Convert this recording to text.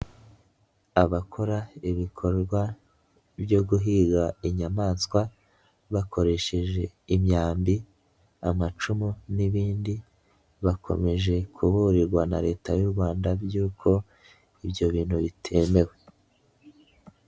Abakora ibikorwa byo guhiga inyamaswa bakoresheje imyambi, amacumu n'ibindi bakomeje kuburirwa na Leta y'u Rwanda by'uko ibyo bintu bitemewe.